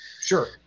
Sure